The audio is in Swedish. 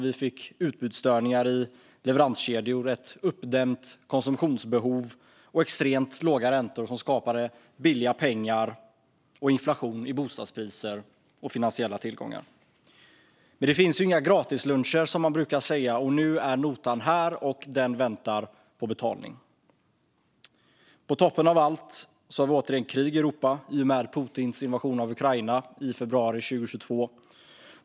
Vi fick utbudsstörningar i leveranskedjor, ett uppdämt konsumtionsbehov och extremt låga räntor som skapade billiga pengar och inflation i bostadspriser och finansiella tillgångar. Men det finns inga gratisluncher, som man brukar säga, och nu är notan här och väntar på betalning. På toppen av allt har vi återigen krig i Europa i och med Putins invasion av Ukraina i februari 2022.